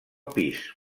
pis